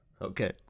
Okay